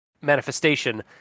manifestation